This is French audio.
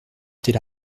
était